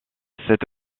cette